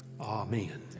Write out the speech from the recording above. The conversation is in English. amen